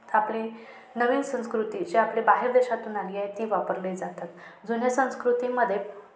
आपली नवीन संस्कृती जी आपले बाहेर देशातून आली आहे ती वापरली जातात जुन्या संस्कृतीमध्ये